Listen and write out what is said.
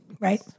right